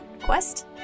quest